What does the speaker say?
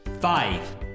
Five